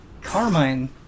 Carmine